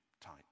type